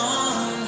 on